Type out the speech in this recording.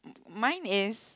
m~ mine is